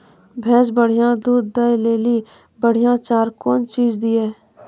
भैंस बढ़िया दूध दऽ ले ली बढ़िया चार कौन चीज दिए?